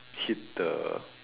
hit the